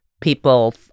people